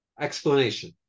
explanation